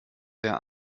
der